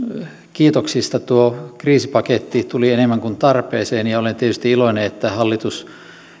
kiitoksista tuo kriisipaketti tuli enemmän kuin tarpeeseen ja olen tietysti iloinen että hallitus